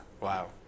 Wow